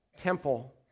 temple